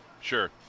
Sure